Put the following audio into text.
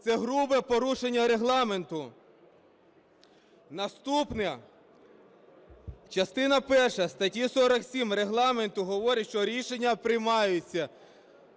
Це грубе порушення Регламенту. Наступне, частина перша статті 47 Регламенту говорить, що рішення приймаються